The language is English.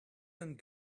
and